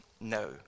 No